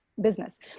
business